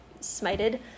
smited